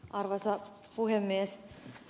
arvoisa puhemies